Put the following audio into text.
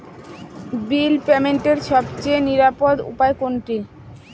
বিল পেমেন্টের সবচেয়ে নিরাপদ উপায় কোনটি?